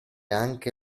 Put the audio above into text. anche